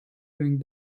going